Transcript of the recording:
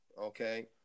Okay